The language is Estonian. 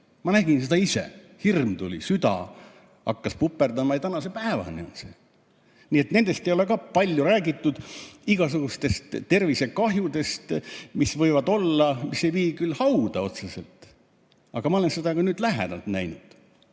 Ma nägin seda ise, hirm tuli. Süda hakkas tal puperdama ja tänase päevani on see nii. Nendest ei ole ka palju räägitud, igasugustest tervisekahjudest, mis võivad olla ja mis ei vii küll otseselt hauda. Ma olen neid nüüd lähedalt näinud.